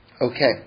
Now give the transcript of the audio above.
Okay